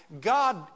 God